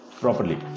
properly